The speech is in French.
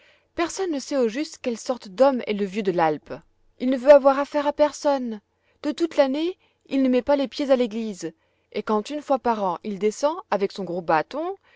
personne ne sait au juste quelle sorte d'homme est le vieux de l'alpe il ne veut avoir affaire à personne de toute l'année il ne met pas les pieds à l'église et quand une fois par an il descend avec son gros bâton